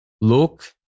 look